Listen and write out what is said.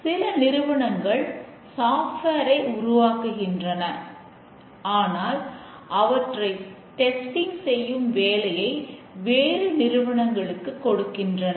எனவே சில பிழைகளே ஃபால்ட்ஸ் தோல்விகளுக்குக் காரணமாகின்றன